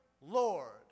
Lord